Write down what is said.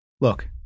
Look